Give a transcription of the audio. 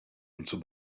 into